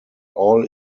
all